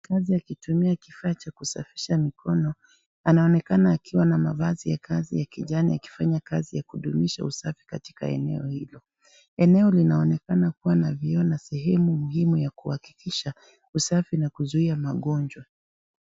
Mkazi akitumia kifaa cha kusafisha mikono, anaonekana akiwa na mavazi ya kazi ya kijani akifanya kazi kudunisha usafi katika eneo hilo. Eneo linaonekana kuwa na vioo na sehemu muhimu ya kuhakikisha usafi na kuzuia magonjwa .